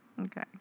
Okay